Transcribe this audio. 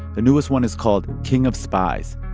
the newest one is called king of spies.